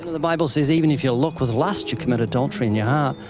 the bible says even if you look with lust, you commit adultery in your heart.